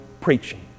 preaching